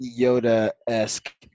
Yoda-esque